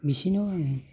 बिसिनाव आं